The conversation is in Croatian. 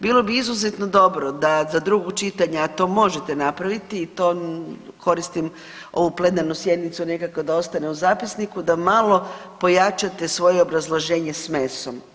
Bilo bi izuzetno dobro da za drugo čitanje, a to možemo napraviti i to koristim ovu plenarnu sjednicu nekako da ostane u zapisniku da malo pojačate svoj obrazloženje s mesom.